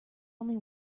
only